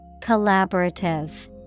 Collaborative